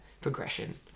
progression